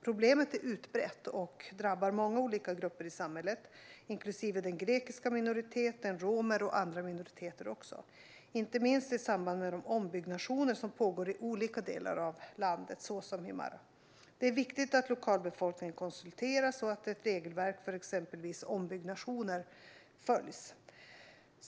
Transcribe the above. Problemet är utbrett och drabbar många olika grupper i samhället - inklusive den grekiska minoriteten, romer och andra minoriteter - inte minst i samband med de ombyggnationer som pågår i olika delar av landet, såsom Himarë. Det är viktigt att lokalbefolkningen konsulteras och att regelverk för exempelvis ombyggnationer följs.